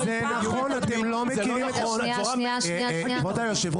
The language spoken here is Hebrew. את לא היית פה בדיונים קודמים --- זה נכון.